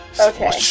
okay